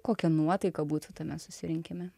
kokia nuotaika būtų tame susirinkime